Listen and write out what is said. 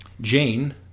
Jane